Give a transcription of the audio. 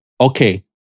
okay